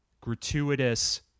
gratuitous